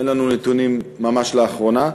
אין לנו נתונים ממש לאחרונה.